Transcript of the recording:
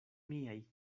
miaj